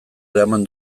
eraman